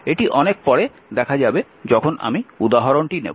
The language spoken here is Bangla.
এটি অনেক পরে দেখা যাবে যখন আমি উদাহরণটি নেব